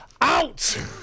out